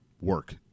work